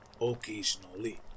occasionally